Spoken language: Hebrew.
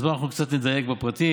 אז בואו, אנחנו קצת נדייק בפרטים: